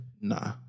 Nah